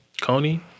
Coney